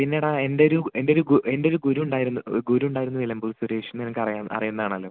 പിന്നെടാ എൻ്റെ ഒരു എൻ്റെ ഒരു എൻ്റെ ഒരു ഗുരു ഉണ്ടായിരുന്നു ഗുരു ഉണ്ടാരുന്നു നിലമ്പൂർ സുരേഷിനെ നിനക്കറിയാം അറിയുന്നതാണല്ലോ